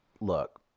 Look